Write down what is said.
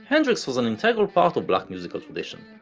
hendrix was an integral part of black musical tradition,